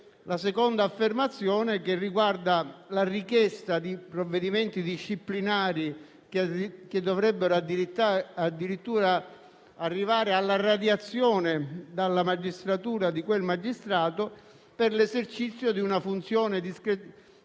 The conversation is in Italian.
alla seconda affermazione, che riguarda la richiesta di provvedimenti disciplinari, che dovrebbero addirittura arrivare alla radiazione dalla magistratura di quel magistrato per l'esercizio di una funzione